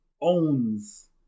owns